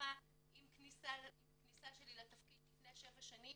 הרווחה עם כניסתי לתפקיד לפני כשבע שנים